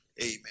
Amen